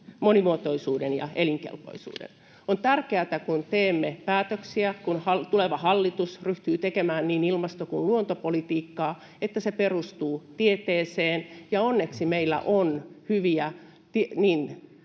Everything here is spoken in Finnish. monimuotoisuuden ja elinkelpoisuuden. On tärkeätä, kun teemme päätöksiä, kun tuleva hallitus ryhtyy tekemään niin ilmasto- kuin luontopolitiikkaa, että se perustuu tieteeseen, ja onneksi meillä on hyvät